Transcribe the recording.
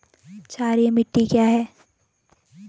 क्षारीय मिट्टी क्या है?